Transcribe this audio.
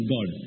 God